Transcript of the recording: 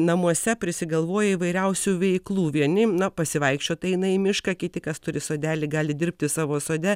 namuose prisigalvoja įvairiausių veiklų vieni na pasivaikščiot eina į mišką kiti kas turi sodelį gali dirbti savo sode